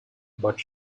but